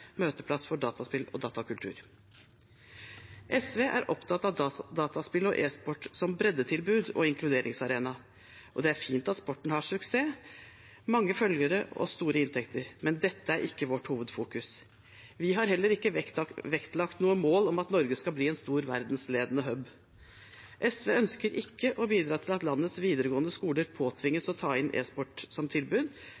for dataspill og datakultur. SV er opptatt av dataspill og e-sport som breddetilbud og inkluderingsarena, og det er fint at sporten har suksess, mange følgere og store inntekter. Men dette er ikke vårt hovedfokus. Vi har heller ikke vektlagt noe mål om at Norge skal bli en stor, verdensledende hub. SV ønsker ikke å bidra til at landets videregående skoler